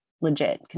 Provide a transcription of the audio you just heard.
legit